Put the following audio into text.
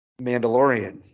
Mandalorian